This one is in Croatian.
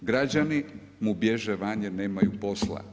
Građani mu bježe van jer nemaju posla.